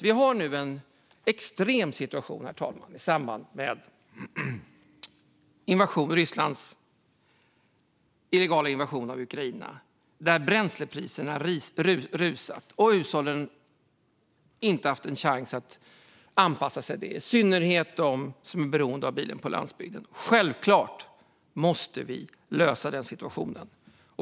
Vi har nu en extrem situation, herr talman, i samband med Rysslands illegala invasion av Ukraina. Bränslepriserna rusar, och hushållen har inte haft en chans att anpassa sig, i synnerhet inte de som är beroende av bilen på landsbygden. Självfallet måste vi lösa denna situation.